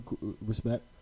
respect